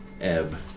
ebb